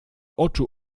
oczu